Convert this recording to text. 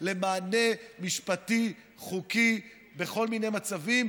למענה משפטי חוקי בכל מיני מצבים,